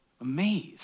Amazed